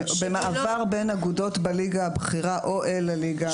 במעבר בין אגודות בליגה הבכירה או אל הליגה הבכירה